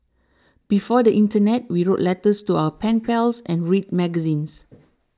before the internet we wrote letters to our pen pals and read magazines